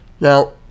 Now